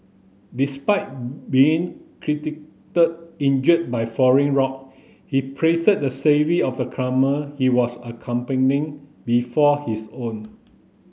despite being injured by falling rock he placed the of the climber he was accompanying before his own